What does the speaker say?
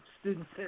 students